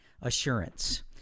assurance